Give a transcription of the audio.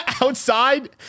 outside